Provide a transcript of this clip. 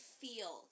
feel